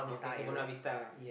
okay okay Buona-Vista